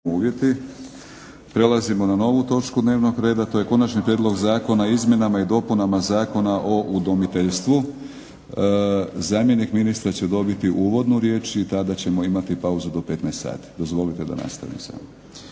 Prelazimo na novu točku dnevnog reda, to je: - Konačni prijedlog Zakona o izmjenama i dopunama Zakona o udomiteljstvu. Zamjenik ministra će dobiti uvodnu riječ i tada ćemo imati pauzu do 15,00 sati. Dozvolite da nastavim samo.